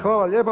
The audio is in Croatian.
Hvala lijepo.